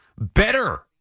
better